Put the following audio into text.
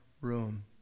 room